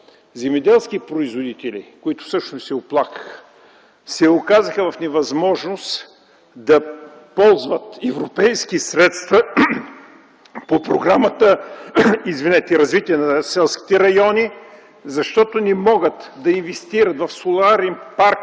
земеделски производители, които също се оплакаха, се оказаха в невъзможност да ползват европейски средства по програмата „Развитие на селските райони”, защото не могат да инвестират в соларен парк